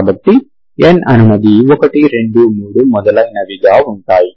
కాబట్టి n అనునది 1 2 3 మొదలైనవి గా ఉంటాయి